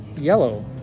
yellow